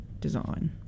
design